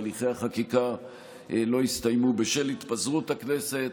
והליכי החקיקה לא הסתיימו בשל התפזרות הכנסת.